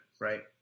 right